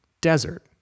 Desert